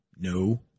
No